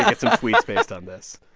like some tweets based on this.